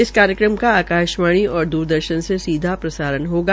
इस कार्यक्रम का आकाशवाणी और दूरदर्शन से सीधा प्रसारण होगा